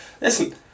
Listen